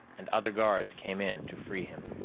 and other guards came in to free him.